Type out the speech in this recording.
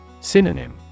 Synonym